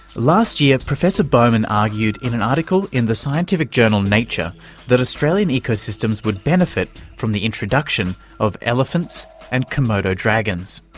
last year professor bowman argued in an article in the scientific journal nature that australian ecosystems would benefit from the introduction of elephants and komodo dragons.